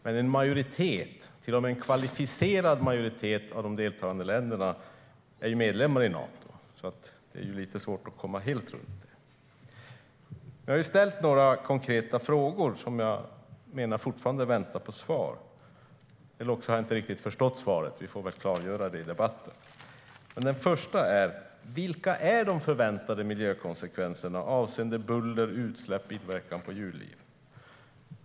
Men en majoritet, till och med en kvalificerad majoritet, av de deltagande länderna är medlemmar i Nato. Det är därför lite svårt att helt komma runt det. Jag har ställt några konkreta frågor som jag menar fortfarande väntar på svar, eller också har jag inte riktigt förstått svaret. Vi får väl klargöra det i debatten. Den första frågan är: Vilka är de förväntade miljökonsekvenserna avseende buller, utsläpp och inverkan på djurliv?